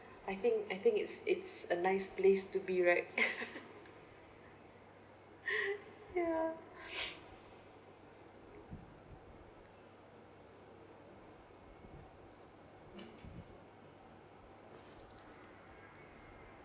I think I think it's it's a nice place to be right ya